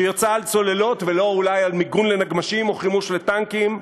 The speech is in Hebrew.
שיצא על צוללות ולא אולי על מיגון לנגמ"שים או חימוש לטנקים,